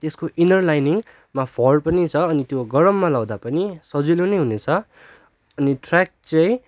त्यसको इन्नर लाइनिङमा फर पनि छ अनि त्यो गरममा लगाउँँदा पनि सजिलो नै हुने छ अनि ट्र्याक चाहिँ